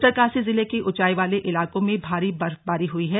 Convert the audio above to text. उत्तरकाशी जिले के ऊंचाई वाले इलाकों में भारी बर्फबारी हुई है